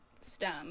STEM